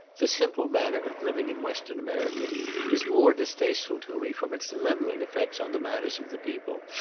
the simple manner of living in western america was more distasteful to me from its levelling effects on the manners of the people,